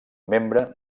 membre